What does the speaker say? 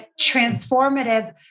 transformative